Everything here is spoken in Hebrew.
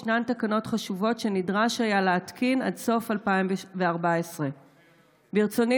יש תקנות חשובות שנדרש היה להתקין עד סוף 2014. רצוני